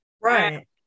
Right